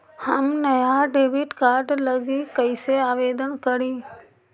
हम नया debit card लागी कईसे आवेदन करी?